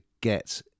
get